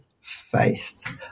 faith